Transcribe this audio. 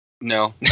No